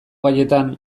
gaietan